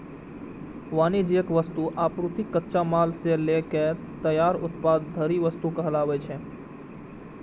वाणिज्यिक वस्तु, आपूर्ति, कच्चा माल सं लए के तैयार उत्पाद धरि वस्तु कहाबै छै